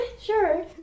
Sure